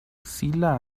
sila